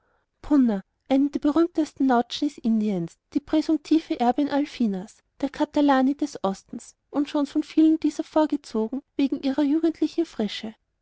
der berühmtesten nautschnis indiens die präsumptive erbin alfinas der catalani des ostens und schon von vielen dieser vorgezogen wegen ihrer jugendlichen frische